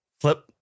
flip